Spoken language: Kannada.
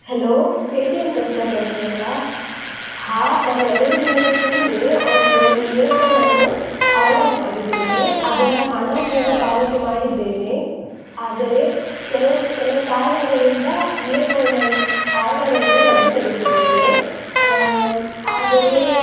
hello Paytm customer ಕೇರಾ ಹಾಂ ನಾನು ಎರಡು ದಿನದ ಹಿಂದೆ ಒಂದು ಇಯರ್ ಫೋನನ್ನು ಆರ್ಡರ್ ಮಾಡಿದ್ದೇನೆ ಅದರ ಹಣ ಕೂಡ ಪಾವತಿ ಮಾಡಿದ್ದೇನೆ ಆದರೆ ಕೆರವು ಕೆಲವು ಕಾರಣಗಳಿಂದ ಇಯರ್ ಫೋನನ್ನ ಆರ್ಡರನ್ನು ರದ್ದುಪಡಿಸಿದ್ದೇನೆ ಆದರೆ